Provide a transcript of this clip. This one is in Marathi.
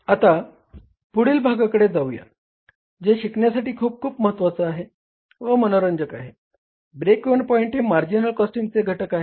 आता आपण पुढील भागाकडे जाऊया जे शिकण्यासाठी खूप खूप महत्वाचा आहे व मनोरंजक आहे ब्रेक इव्हन पॉईंट हे मार्जिनल कॉस्टिंगचे घटक आहे